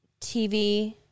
TV